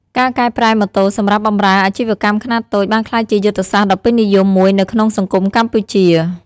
ការកែប្រែម៉ូតូសម្រាប់បម្រើអាជីវកម្មខ្នាតតូចបានក្លាយជាយុទ្ធសាស្ត្រដ៏ពេញនិយមមួយនៅក្នុងសង្គមកម្ពុជា។